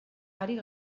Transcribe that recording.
ari